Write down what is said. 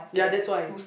ya that's why